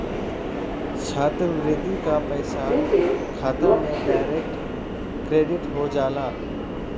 छात्रवृत्ति क पइसा खाता में डायरेक्ट क्रेडिट हो जाला